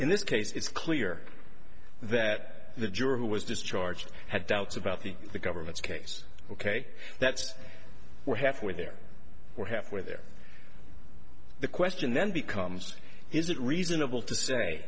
in this case it's clear that the juror who was discharged had doubts about the government's case ok that's we're halfway there we're halfway there the question then becomes is it reasonable to say